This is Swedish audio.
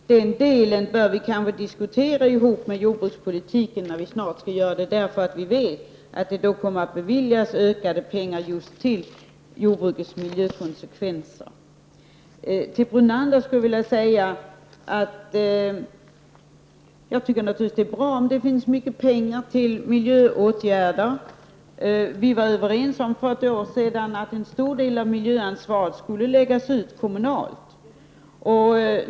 Fru talman! Jag skall säga till Ingvar Eriksson att också jag tycker att jordbrukspolitik och miljöpolitik hör ihop. Vad jag hävdade här är att det bör vi diskutera i samband med den debatt om jordbrukspolitik som vi snart skall ha, för vi vet att det kommer att beviljas ökade medel för just jordbrukets miljökonsekvenser. Till Lennart Brunander skulle jag vilja säga att jag naturligtvis tycker att — Prot. 1989/90:104 det är bra om det finns mycket pengar för miljöåtgärder. Vi var överens för — 18 april 1990 ett år sedan om att en stor del av miljöansvaret skulle läggas ut kommunalt.